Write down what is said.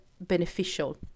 beneficial